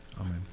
Amen